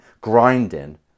grinding